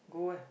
go where